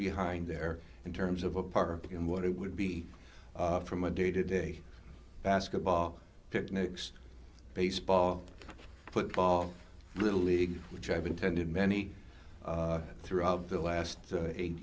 behind there in terms of a park and what it would be from a day to day basketball picnics baseball football little league which i've attended many throughout the last eight